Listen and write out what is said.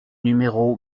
numéro